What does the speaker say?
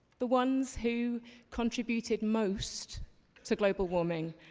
the ones who contributeed most to global warming,